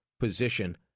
Position